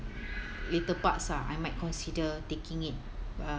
later parts ah I might consider taking it uh